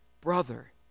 brother